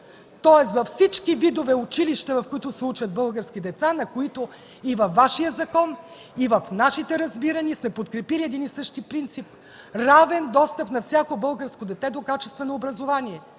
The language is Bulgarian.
Тоест във всички видове училища, в които се учат български деца, на които и във Вашия закон, и в нашите разбирания са подкрепили един и същи принцип – равен достъп на всяко българско дете до качествено образование.